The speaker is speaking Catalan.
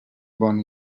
bon